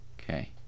Okay